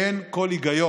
אין כל היגיון